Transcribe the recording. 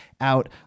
out